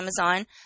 Amazon